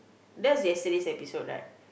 that's yesterday episode right